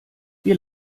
wir